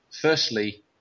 firstly